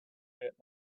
forget